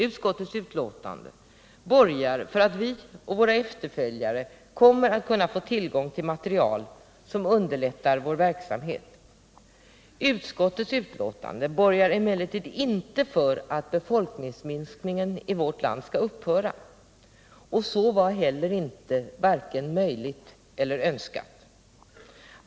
Utskottets betänkande borgar för att vi och våra efterföljare kommer att kunna få tillgång till material som underlättar vår verksamhet. Utskottets betänkande borgar emellertid inte för att befolkningsminskningen i vårt land skall upphöra, och så var heller inte vare sig möjligt eller önskat.